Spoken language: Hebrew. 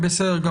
בסדר.